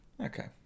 Okay